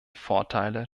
vorteile